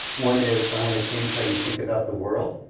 one is, i wanna change how you think about the world,